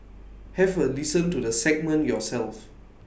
have A listen to the segment yourself